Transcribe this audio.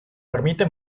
permite